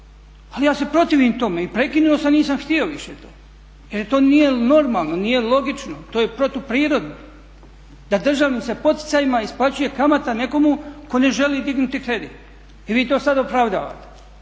Ali ja se protivim tome i prekinuo sam, nisam htio više to jer to nije normalno, nije logično, to je protuprirodno da državnim se poticajima isplaćuje kamata nekome tko ne želi dignuti kredit i vi to sada opravdavate.